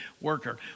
worker